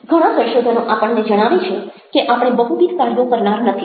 ઘણા સંશોધનો આપણને જણાવે છે કે આપણે બહુવિધ કાર્યો કરનાર નથી